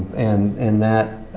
and and that,